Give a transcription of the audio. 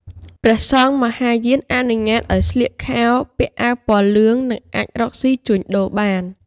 ព្រះសង្ឃមហាយានអនុញ្ញាតឱ្យស្លៀកខោ ពាក់អាវពណ៌លឿង និងអាចរកស៊ីជួញដូរបាន។